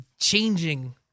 changing